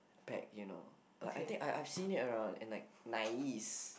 pack you know I think I I seen it around and like nice